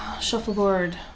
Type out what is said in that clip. shuffleboard